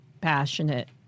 passionate